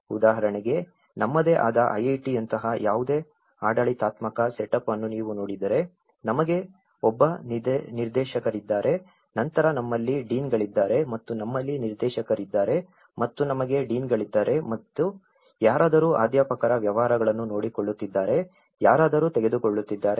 ಉದಾಹರಣೆಗೆ ನಮ್ಮದೇ ಆದ IIT ಯಂತಹ ಯಾವುದೇ ಆಡಳಿತಾತ್ಮಕ ಸೆಟಪ್ ಅನ್ನು ನೀವು ನೋಡಿದರೆ ನಮಗೆ ಒಬ್ಬ ನಿರ್ದೇಶಕರಿದ್ದಾರೆ ನಂತರ ನಮ್ಮಲ್ಲಿ ಡೀನ್ಗಳಿದ್ದಾರೆ ಮತ್ತು ನಮ್ಮಲ್ಲಿ ನಿರ್ದೇಶಕರಿದ್ದಾರೆ ಮತ್ತು ನಮಗೆ ಡೀನ್ಗಳಿದ್ದಾರೆ ಮತ್ತು ಯಾರಾದರೂ ಅಧ್ಯಾಪಕರ ವ್ಯವಹಾರಗಳನ್ನು ನೋಡಿಕೊಳ್ಳುತ್ತಿದ್ದಾರೆ ಯಾರಾದರೂ ತೆಗೆದುಕೊಳ್ಳುತ್ತಿದ್ದಾರೆ